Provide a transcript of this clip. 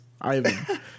Ivan